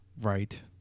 Right